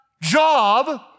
job